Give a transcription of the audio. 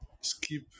skip